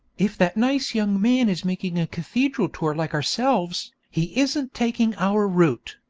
if that nice young man is making a cathedral tour like ourselves, he isn't taking our route,